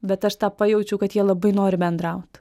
bet aš tą pajaučiau kad jie labai nori bendraut